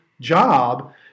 job